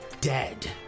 dead